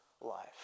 life